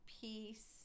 peace